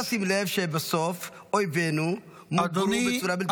צריך לשים לב שבסוף אויבינו מוגרו בצורה בלתי רגילה.